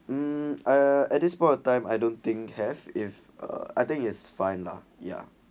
um uh at this point of time I don't think have if uh I think it's fine lah ya